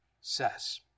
says